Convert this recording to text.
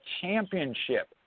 championship